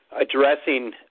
addressing